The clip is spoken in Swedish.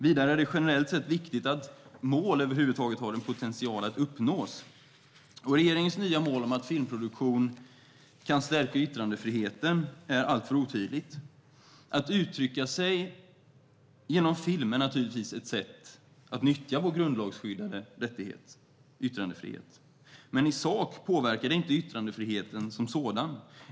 Vidare är det generellt sett viktigt att mål över huvud taget har en potential att uppnås, och regeringens nya mål om att filmproduktion kan stärka yttrandefriheten är alltför otydligt. Att uttrycka sig genom film är naturligtvis ett sätt att nyttja vår grundlagsskyddade rättighet yttrandefrihet, men i sak påverkar det inte yttrandefriheten som sådan.